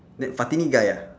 that fatini guy ya